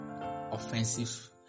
offensive